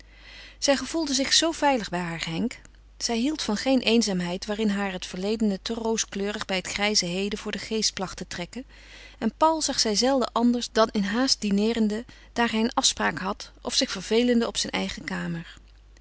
zij gevoelde zich zoo veilig bij haar henk zij hield van geen eenzaamheid waarin haar het verledene te rooskleurig bij het grijze heden voor den geest placht te trekken en paul zag zij zelden anders dan in haast dineerende daar hij een afspraak had of zich vervelende op zijn eigen kamer